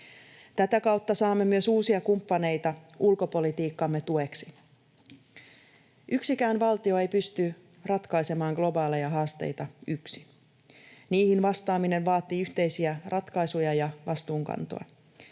Tätä kautta saamme myös uusia kumppaneita ulkopolitiikkamme tueksi. Yksikään valtio ei pysty ratkaisemaan globaaleja haasteita yksin. Niihin vastaaminen vaatii yhteisiä ratkaisuja ja vastuunkantoa.